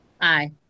Aye